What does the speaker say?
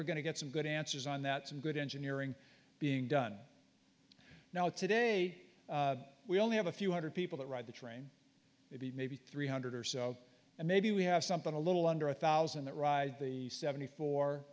we're going to get some good answers on that some good engineering being done now today we only have a few hundred people that ride the train maybe maybe three hundred or so and maybe we have something a little under one thousand that ride the seventy four